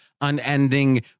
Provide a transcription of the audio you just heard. unending